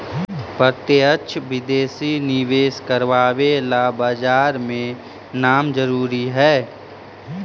प्रत्यक्ष विदेशी निवेश करवे ला बाजार में नाम जरूरी है